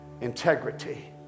integrity